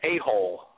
a-hole